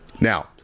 Now